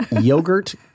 yogurt